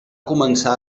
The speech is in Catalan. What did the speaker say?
començar